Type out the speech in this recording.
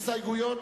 הסתייגויות